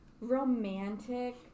romantic